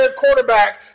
quarterback